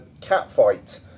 Catfight